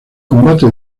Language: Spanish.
combate